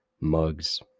mugs